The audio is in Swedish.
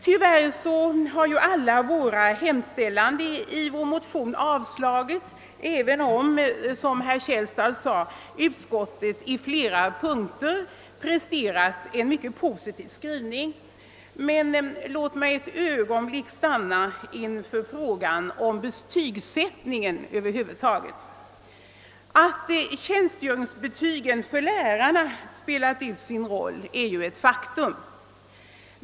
Tyvärr har alla hemställanden i vår motion avstyrkts, även om, som herr Källstad sade, utskottet i flera punkter presterat en mycket positiv skrivning. Låt mig för ett ögonblick stanna inför frågan om betygsättningen. Att tjänstgöringsbetygen för lärarna spelat ut sin roll är ju ett faktum.